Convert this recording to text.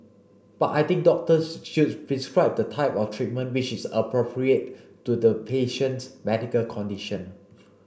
but I think doctors should prescribe the type of treatment which is appropriate to the patient's medical condition